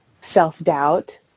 self-doubt